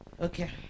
Okay